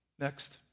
Next